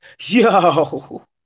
Yo